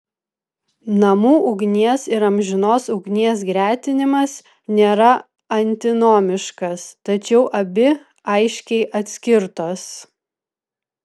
namų ugnies ir amžinos ugnies gretinimas nėra antinomiškas tačiau abi aiškiai atskirtos